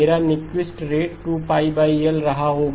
मेरा Nyquist rate 2 L रहा होगा